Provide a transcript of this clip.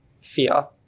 fear